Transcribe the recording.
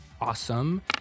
Awesome